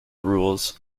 rules